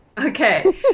Okay